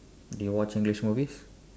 do you watch english movies